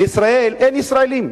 ובישראל אין ישראלים.